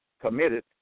committed